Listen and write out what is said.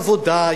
עבודה,